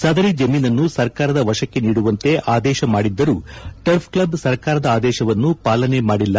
ಸದರಿ ಜಮೀನನ್ನು ಸರ್ಕಾರದ ವಶಕ್ಕೆ ನೀಡುವಂತೆ ಆದೇಶ ಮಾಡಿದ್ದರೂ ಟರ್ಫ್ ಕ್ಷಬ್ ಸರ್ಕಾರದ ಆದೇಶವನ್ನು ಪಾಲನೆ ಮಾಡಿಲ್ಲ